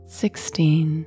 sixteen